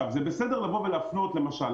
זה בסדר להפנות למשל,